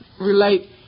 relate